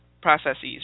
processes